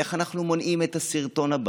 איך אנחנו מונעים את הסרטון הבא,